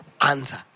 answer